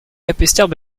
capesterre